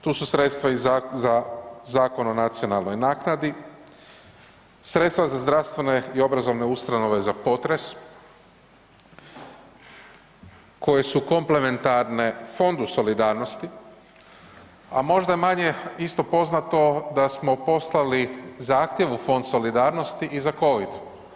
Tu su sredstva i za Zakon o nacionalnoj naknadi, sredstva za zdravstvene i obrazovne ustanove za potres koje su komplementarne Fondu solidarnosti, a možda manje isto poznato da smo poslali zahtjev u Fond solidarnosti i za covid.